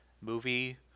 movie